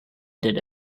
did